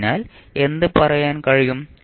അതിനാൽ എന്ത് പറയാൻ കഴിയും